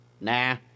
Nah